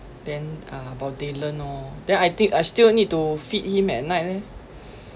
then uh about dylan lor then I think I still need to feed him at night leh